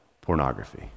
pornography